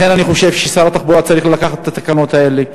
לכן אני חושב ששר התחבורה צריך לקחת את התקנות האלה,